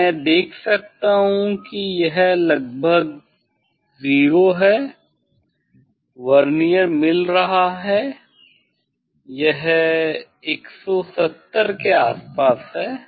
मैं देख सकता हूं यह लगभग 0 है वर्नियर मिल रहा है यह 170 के आसपास है